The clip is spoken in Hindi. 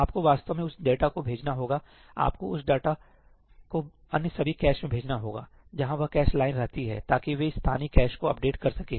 आपको वास्तव में उस डेटा को भेजना होगा आपको उस डेटा को अन्य सभी कैश में भेजना होगा जहां वह कैश लाइन रहती है ताकि वे स्थानीय कैश को अपडेट कर सकें